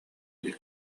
илик